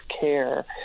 care